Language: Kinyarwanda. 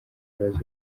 ibibazo